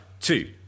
two